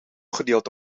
gedeeld